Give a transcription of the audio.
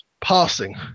Passing